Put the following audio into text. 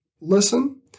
listen